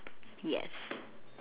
yes